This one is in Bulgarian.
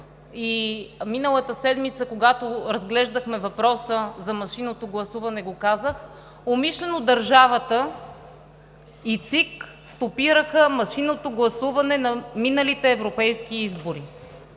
миналата седмица, когато разглеждахме въпроса за машинното гласуване го казах, умишлено държавата и ЦИК стопираха машинното гласуване на миналите европейски избори,